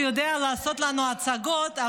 שיודע לעשות לנו הצגות,